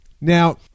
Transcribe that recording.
Now